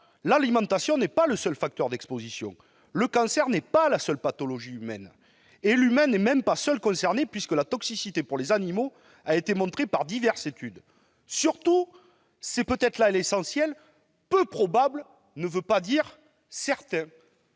l'alimentation n'est pas le seul facteur d'exposition, le cancer n'est pas la seule pathologie humaine et l'humain n'est même pas seul concerné, puisque la toxicité du glyphosate pour les animaux a été montrée par diverses études. Surtout, « peu probable » ne veut pas dire « certain